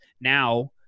now